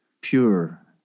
Pure